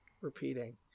repeating